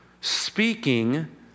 speaking